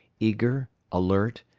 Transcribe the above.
eager, alert,